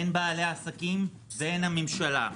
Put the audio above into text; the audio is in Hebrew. הן בעלי העסקים והן הממשלה.